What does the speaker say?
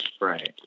Right